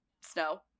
Snow